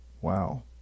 Wow